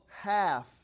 half